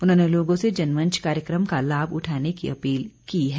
उन्होंने लोगों से जनमंच कार्यक्रम का लाभ उठाने की अपील की है